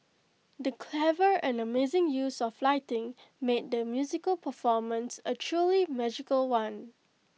the clever and amazing use of lighting made the musical performance A truly magical one